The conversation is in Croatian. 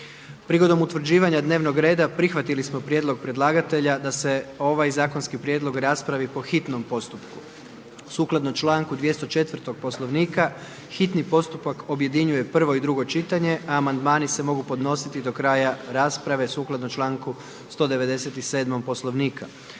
Prigodom utvrđivanja dnevnog reda prihvatili smo prijedlog predlagatelja da se ovaj zakonski prijedlog raspravi po hitnom postupku. Sukladno članku 204. Poslovnika hitni postupak objedinjuje prvo i drugo čitanje, a amandmani se mogu podnositi do kraja rasprave sukladno članku 197. Poslovnika.